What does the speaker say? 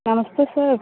నమస్తే సార్